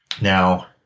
Now